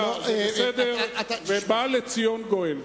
אז זה בסדר ובא לציון גואל.